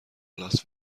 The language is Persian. لاس